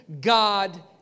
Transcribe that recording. God